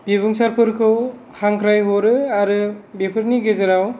बिबुंसारफोरखौ हांख्रायहरो आरो बेफोरनि गेजेराव